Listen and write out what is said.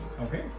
Okay